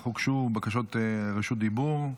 אך הוגשו בקשות רשות דיבור,